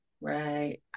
right